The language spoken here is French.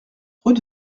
rue